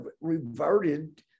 reverted